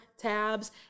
tabs